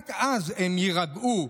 רק אז הם יירגעו,